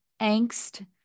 angst